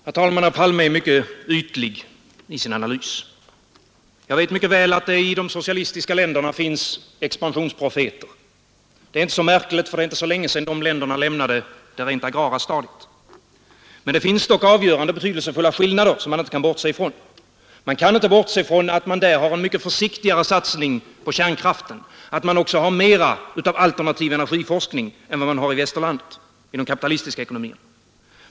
Herr talman! Herr Palme är mycket ytlig i sin analys. Jag vet mycket väl att det i de socialistiska länderna finns expansionsprofeter. Det är inte så märkligt, för det är inte så länge sedan de länderna lämnade det rent agrara stadiet, men det finns avgörande skillnader, som vi inte kan bortse från. Vi kan inte bortse från att man där har en mycket försiktigare satsning på kärnkraften och mer av alternativ energiforskning än i Västerlandet, i de kapitalistiska ekonomierna.